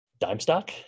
dimestock